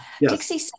Dixie